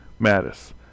Mattis